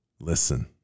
listen